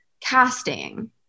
casting